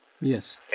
yes